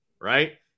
right